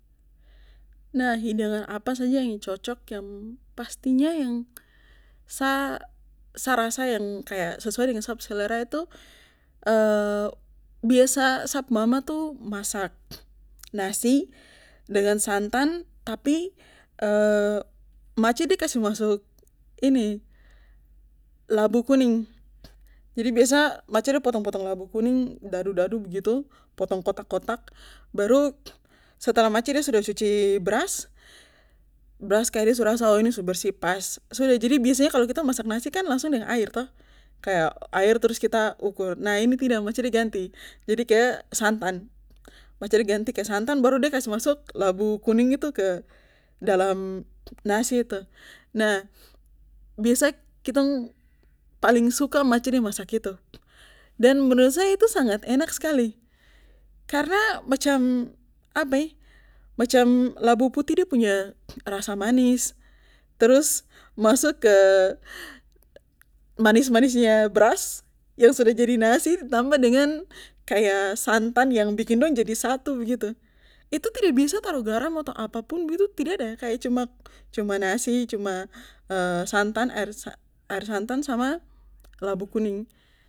Nah hidangan apa aja yang cocok yang pastinya sa sa rasa yang kaya sesuai dengan sa pu selerah itu biasa sap mama tuh masak nasi dengan santan tapi mace de kas masuk ini labu kuning jadi biasa mace de potong potong labu kuning dadu dadu begitu potong kotak kotak baru setelah mace de sudah cuci beras beras de su rasa ini su bersih pas sudah jadi biasa kita masak nasikan langsung dengan air toh kaya air trus kita ukur nah ini tidak mace de ganti jadi ke santan mace de ganti ke santan baru de kasih masuk labu kuning itu ke dalam nasi itu nah biasa kitong paling suka mace de masak itu dan menurut saya itu sangat enak skali karna macam apa macam labu putih de punya rasa manis terus masuk ke manis manisnya beras yang sudah jadi nasi di tambah dengan kaya santan yang bikin dong jadi satu begitu itu tra bisa taro garam ato apapun begitu tidak ada kaya cuma nasi cuma santan air santan sama labu kuning